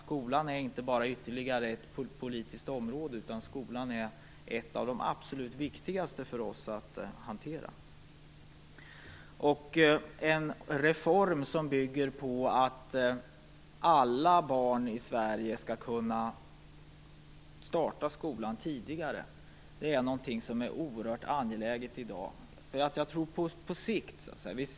Skolan är inte bara ytterligare ett politiskt område, utan skolan är ett av de absolut viktigaste områdena för oss att hantera. En reform som bygger på att alla barn i Sverige skall kunna börja i skolan tidigare är något som är oerhört angeläget i dag.